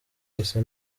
bose